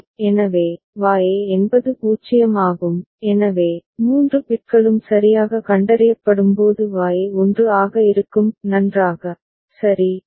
எனவே Y என்பது 0 ஆகும் எனவே மூன்று பிட்களும் சரியாக கண்டறியப்படும்போது Y 1 ஆக இருக்கும் நன்றாக சரி